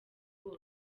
wose